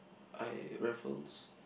I Raffles